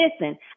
listen